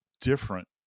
different